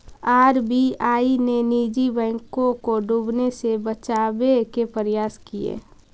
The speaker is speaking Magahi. आर.बी.आई ने निजी बैंकों को डूबने से बचावे के प्रयास किए